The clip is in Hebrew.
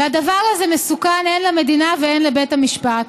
והדבר הזה מסוכן הן למדינה והן לבית המשפט.